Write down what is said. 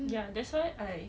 mm